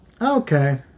Okay